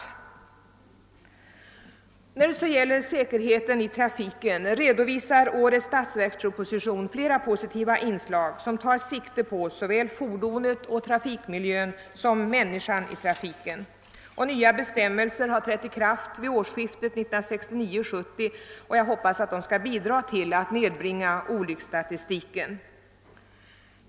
Beträffande säkerheten i trafiken som jag ville ta upp i mitt inlägg redovisar årets statsverksproposition flera positiva inslag som tar sikte på såväl fordonet och trafikmiljön som människan i trafiken. Nya bestämmelser har trätt i kraft vid årsskiftet 1969—1970, och jag hoppas de skall bidra till att nedbringa antalet olyckor.